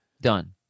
Done